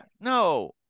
no